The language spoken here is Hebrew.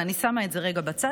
אבל אני שמה את זה רגע בצד,